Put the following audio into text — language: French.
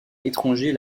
étranger